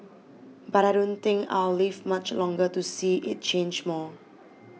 but I don't think I'll live much longer to see it change more